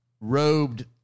robed